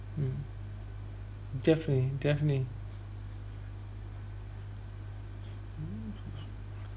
mm definitely definitely